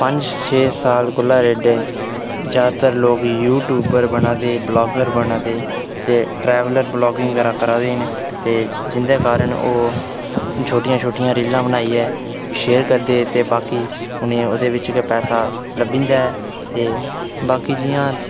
पंज छे साल कोला रेड्डे जादातर लोक यूट्यूब पर बड़ा गै ब्लागर बना दे ते ट्रैवलर ब्लागिंग करा दे न ते जिंदा कारण ओह् छोटियां छोटियां रीलां बनाइयै शेयर करदे ते बाकी उ'नें ओह्दे बिच गै पैसा लब्भी जंदा ऐ ते बाकी जि'यां